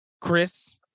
chris